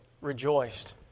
rejoiced